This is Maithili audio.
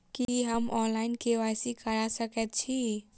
की हम ऑनलाइन, के.वाई.सी करा सकैत छी?